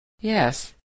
Yes